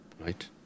right